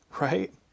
Right